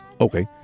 okay